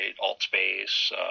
Altspace